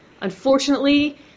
Unfortunately